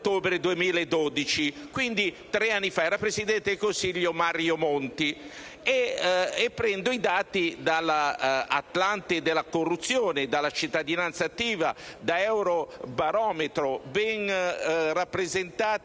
grazie a tutto